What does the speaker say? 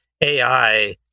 AI